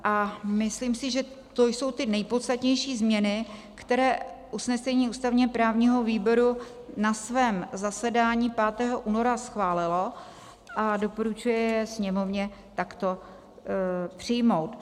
A myslím si, že to jsou ty nejpodstatnější změny, které usnesení ústavněprávního výboru na svém zasedání 5. února schválilo, a doporučuji je Sněmovně takto přijmout.